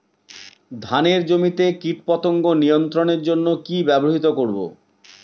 ধানের জমিতে কীটপতঙ্গ নিয়ন্ত্রণের জন্য কি ব্যবহৃত করব?